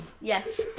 Yes